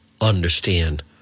understand